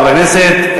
חבר הכנסת,